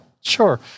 Sure